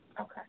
Okay